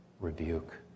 rebuke